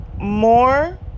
more